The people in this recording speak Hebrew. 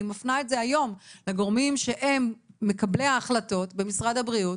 אני מפנה את זה היום לגורמים שהם מקבלי ההחלטות במשרד הבריאות.